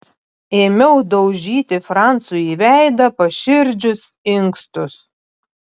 ėmiau daužyti francui į veidą paširdžius inkstus